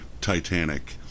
Titanic